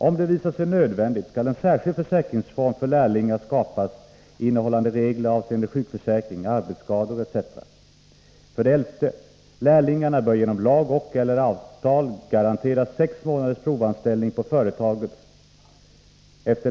Om det visar sig nödvändigt, skall en särskild försäkringsform för lärlingar skapas, innehållande regler avseende sjukförsäkring, arbetsskador etc. 12.